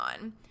on